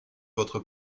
votre